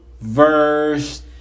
verse